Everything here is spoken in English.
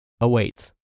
awaits